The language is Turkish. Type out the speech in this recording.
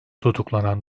tutuklanan